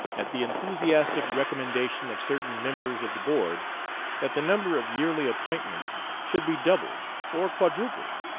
at the enthusiastic recommendation of certain members of the board that the number of yearly appointments should be doubled or quadrupled.